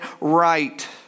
right